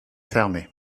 fermé